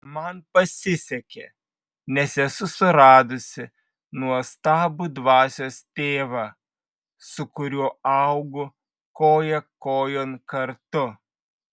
man pasisekė nes esu suradusi nuostabų dvasios tėvą su kuriuo augu koja kojon kartu